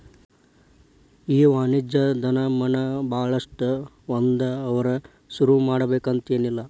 ಈ ವಾಣಿಜ್ಯೊದಮನ ಭಾಳಷ್ಟ್ ಓದ್ದವ್ರ ಶುರುಮಾಡ್ಬೆಕಂತೆನಿಲ್ಲಾ